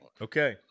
Okay